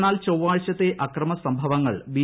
എന്നാൽ ചൊവ്വാഴ്ചത്തെ അക്രമസംഭവങ്ങൾ ബി